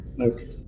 Okay